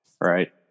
right